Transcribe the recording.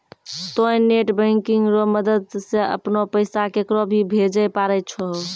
तोंय net banking रो मदद से अपनो पैसा केकरो भी भेजै पारै छहो